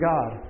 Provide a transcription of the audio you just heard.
God